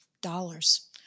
dollars